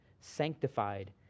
sanctified